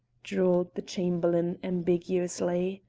drawled the chamberlain, ambiguously.